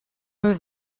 move